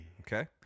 Okay